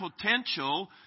potential